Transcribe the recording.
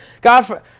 God